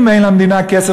אם אין למדינה כסף,